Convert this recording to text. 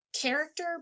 character